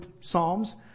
Psalms